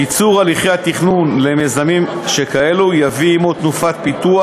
קיצור הליכי התכנון למיזמים שכאלה יביא עמו תנופת פיתוח